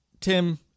Tim